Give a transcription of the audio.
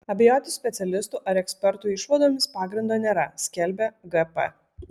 abejoti specialistų ar ekspertų išvadomis pagrindo nėra skelbia gp